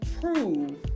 prove